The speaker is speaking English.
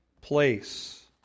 place